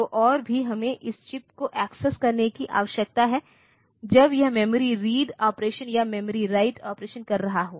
तो और भी हमें इस चिप को एक्सेस करने की आवश्यकता है जब यह मेमोरी रीड ऑपरेशन या मेमोरी राइट ऑपरेशन कर रहा हो